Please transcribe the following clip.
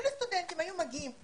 היולי סטודנטים שהיו מגיעים,